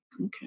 Okay